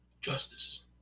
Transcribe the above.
justice